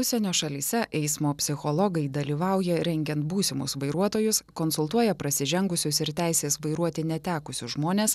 užsienio šalyse eismo psichologai dalyvauja rengiant būsimus vairuotojus konsultuoja prasižengusius ir teisės vairuoti netekusius žmones